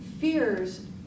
fears